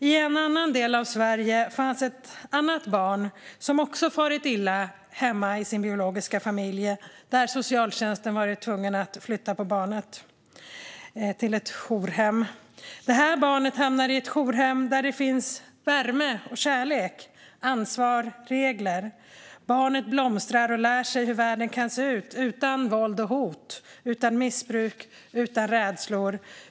I en annan del av Sverige finns ett annat barn som också far så illa i sin biologiska familj att socialtjänsten är tvungen att flytta barnet till ett jourhem. Detta barn hamnar i ett jourhem där det finns värme, kärlek, ansvar och regler. Barnet blomstrar och lär sig hur världen kan se ut utan våld, hot, missbruk och rädsla.